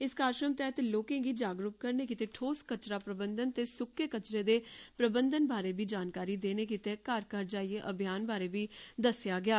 इस कार्यक्रम तैह्त लोकें गी जागरूक करने लेई ठोस कचरा प्रबंघन ते सुक्के कचरे दे प्रबंघन बारे बी जानकारी देने लेई घर घर जाइयै अभियान बारे बी दस्सेआ गेआ